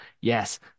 Yes